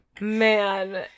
Man